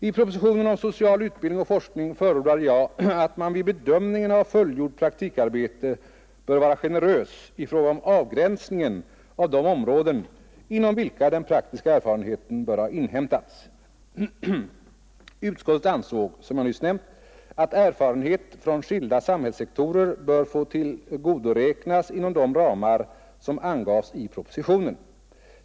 I propositionen om social utbildning och forskning förordade jag att man vid bedömningen av fullgjort praktikarbete bör vara generös i fråga om avgränsningen av de områden, inom vilka den praktiska erfarenheten bör ha inhämtats. Utskottet ansåg — som jag nyss nämnt — att erfarenhet från skilda samhällssektorer bör få tillgodoräknas inom de ramar som angavs i propositionen.